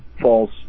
false